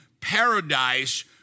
paradise